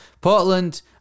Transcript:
Portland